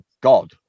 God